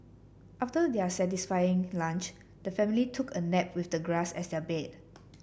after their satisfying lunch the family took a nap with the grass as their bed